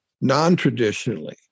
non-traditionally